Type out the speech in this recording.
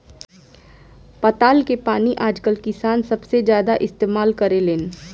पताल के पानी आजकल किसान सबसे ज्यादा इस्तेमाल करेलेन